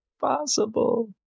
Possible